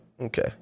Okay